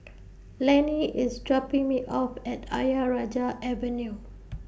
Laney IS dropping Me off At Ayer Rajah Avenue